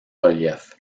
relief